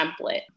template